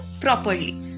properly